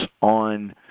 on